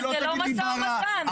ברא.